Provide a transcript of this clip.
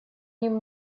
ним